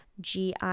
GI